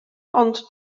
ond